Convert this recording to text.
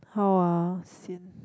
how ah sian